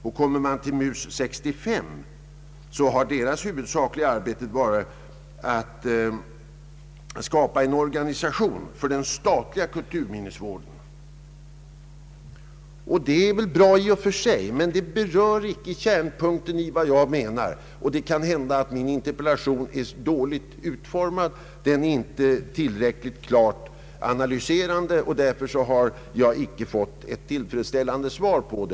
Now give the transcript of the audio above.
Den andra utredningen, MUS 65, har i huvudsak i uppdrag att skapa en organisation för den statliga kulturminnesvården. Detta är bra i och för sig men berör ingalunda kärnpunkten i det jag menar. Det kan hända att min interpellation är illa utformad och inte analyserar problemet tillräckligt klart och att detta är orsaken till att jag inte fått ett tillfredsställande svar.